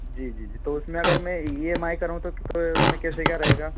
जी जी जी तो उसमें अगर मैं इ एम आई कराऊँ तो उसमें कैसे क्या रहेगा